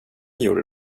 gjorde